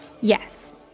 Yes